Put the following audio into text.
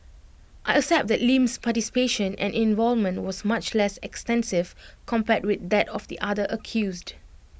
I accept that Lim's participation and involvement was much less extensive compared with that of the other accused